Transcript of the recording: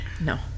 No